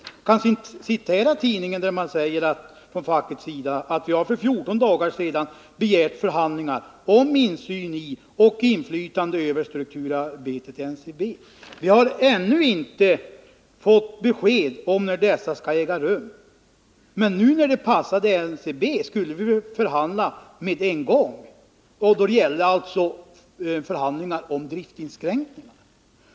Jag kan ur en tidning citera vad facket säger: ”Vi har för fjorton dagar sedan begärt förhandlingar om insyn i och inflytande över strukturarbetet i Ncb. Vi har ännu inte fått besked om när dessa ska äga rum. Men nu när det passade Ncb skulle vi förhandla med en gång.” Vad det då gällde var alltså förhandlingar om driftinskränkningar.